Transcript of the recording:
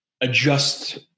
adjust